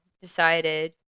decided